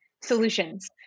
solutions